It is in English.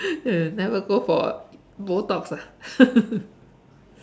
never go for Botox ah